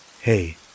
Hey